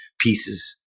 pieces